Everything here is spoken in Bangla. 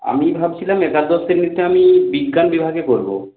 আমি ভাবছিলাম একাদশ শ্রেণীতে আমি বিজ্ঞান বিভাগে পড়ব